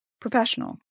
Professional